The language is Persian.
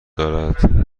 دارد